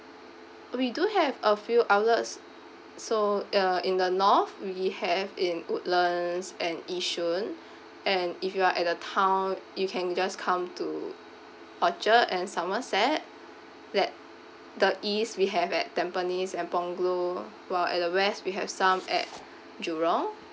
we do have a few outlets so uh in the north we have in woodlands and yishun and if you are at the town you can just come to orchard and somerset that the east we have at tampines and punggol while at the west we have some at jurong